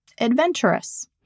Adventurous